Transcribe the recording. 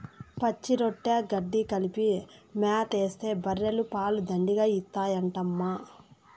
పచ్చిరొట్ట గెడ్డి కలిపి మేతేస్తే బర్రెలు పాలు దండిగా ఇత్తాయంటమ్మా